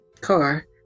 car